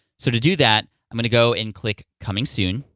so to do that, i'm gonna go and click coming soon,